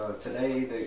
today